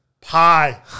pie